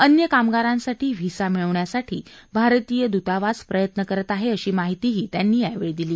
अन्य कामगारांसाठी व्हिसा मिळवण्यासाठी भारतीय दूतावास प्रयत्न करत आहे अशी माहिती त्यांनी यावेळी दिली